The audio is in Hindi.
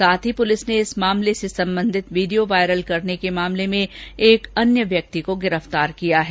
साथ ही पुलिस ने इस मामले से संबंधित वीडियो वायरल करने के मामले में एक अन्य व्यक्ति को गिरफतार किया है